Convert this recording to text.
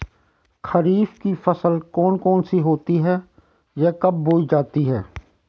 खरीफ की फसल कौन कौन सी होती हैं यह कब बोई जाती हैं?